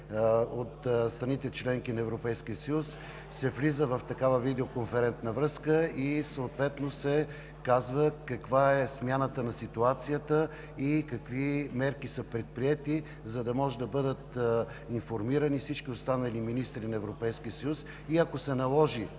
колеги членки на Европейския съюз, се влиза в такава видеоконферентна връзка и съответно се казва каква е смяната на ситуацията и какви мерки са предприети, за да може да бъдат информирани всички останали министри на Европейския съюз и ако се наложи,